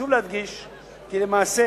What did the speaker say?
חשוב להדגיש כי למעשה,